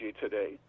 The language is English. today